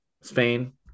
Spain